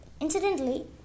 Incidentally